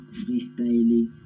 freestyling